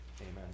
Amen